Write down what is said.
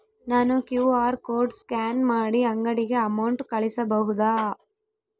ನಾನು QR code scan ಮಾಡಿ ಅಂಗಡಿಗೆ ಅಮೌಂಟ್ ಕಳಿಸಬಹುದಾ?